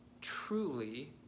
truly